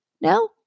No